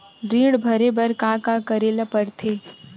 ऋण भरे बर का का करे ला परथे?